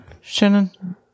shannon